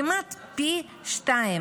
כמעט פי שניים.